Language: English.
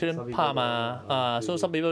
some people don't want ah ah 对对